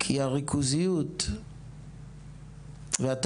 כי הריכוזיות והטייקונים